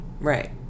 Right